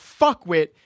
fuckwit